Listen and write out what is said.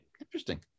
interesting